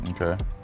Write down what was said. Okay